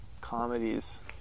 comedies